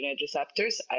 receptors